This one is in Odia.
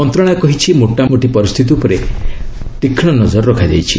ମନ୍ତ୍ରଣାଳୟ କହିଛି ମୋଟାମୋଟା ପରିସ୍ଥିତି ଉପରେ ତୀକ୍ଷ୍ମ ନଜର ରଖାଯାଇଛି